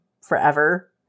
forever